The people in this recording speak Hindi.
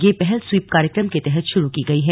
यह पहल स्वीप कार्यक्रम के तहत शुरू की गयी है